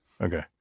Okay